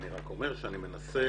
אני רק אומר שאני מנסה